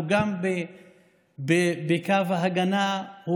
הוא גם בקו ההגנה,